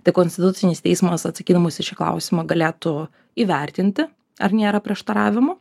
tai konstitucinis teismas atsakydamas į šį klausimą galėtų įvertinti ar nėra prieštaravimų